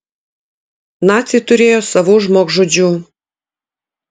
naciai turėjo savų žmogžudžių